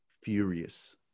furious